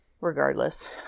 Regardless